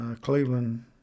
Cleveland